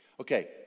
okay